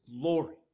glory